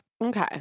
Okay